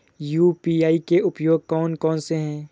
UPI के उपयोग कौन कौन से हैं?